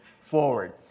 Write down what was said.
forward